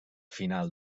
final